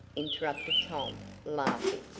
interrupted tom, laughing.